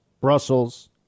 Brussels